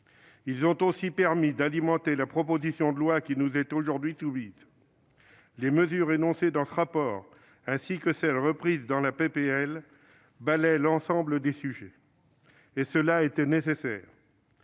Ils ont aussi permis d'alimenter la proposition de loi qui nous est aujourd'hui soumise. Les mesures énoncées dans ce rapport, ainsi que celles qui sont reprises dans la proposition de loi, balaient l'ensemble des sujets, ce qui était nécessaire.